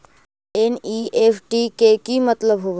NEFT के कि मतलब होइ?